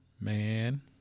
man